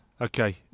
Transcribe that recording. Okay